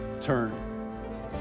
turn